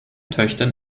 töchtern